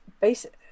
basic